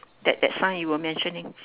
that that sign you were mentioning